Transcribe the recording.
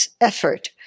effort